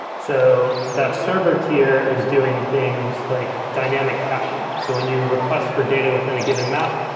so that server tier is doing things like dynamic caching. so when you request for data within a given map,